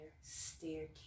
staircase